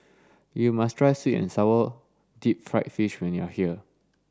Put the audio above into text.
you must try sweet and sour deep fried fish when you are here